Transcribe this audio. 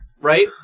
right